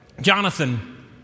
Jonathan